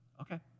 okay